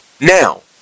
Now